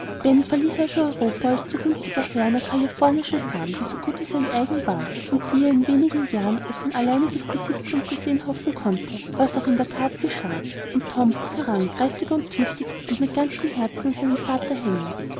europa als zukünftiger herr einer kalifornischen farm die so gut wie sein eigen war und die er in wenig jahren als sein alleiniges besitztum zu sehen hoffen konnte was auch in der that geschah und tom wuchs heran kräftig und tüchtig und mit ganzem herzen an seinem vater hängend